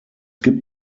gibt